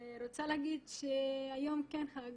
אני רוצה להגיד שהיום כן חג